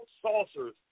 saucers